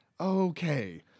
Okay